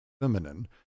feminine